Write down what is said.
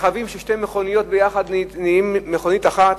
ששתי מכוניות נהיות למכונית אחת,